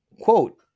quote